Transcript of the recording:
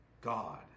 God